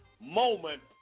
moment